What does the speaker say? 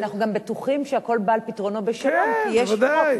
אנחנו גם בטוחים שהכול בא על פתרונו בשלום כי יש חוק,